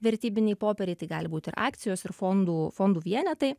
vertybiniai popieriai tai gali būt ir akcijos ir fondų fondų vienetai